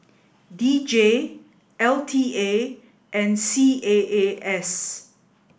D J L T A and C A A S